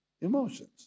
emotions